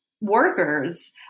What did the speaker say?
workers